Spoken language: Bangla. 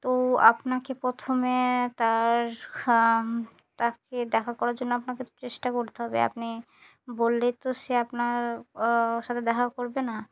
তো আপনাকে প্রথমে তার তাকে দেখা করার জন্য আপনাকে তো চেষ্টা করতে হবে আপনি বললেই তো সে আপনার সাথে দেখা করবে না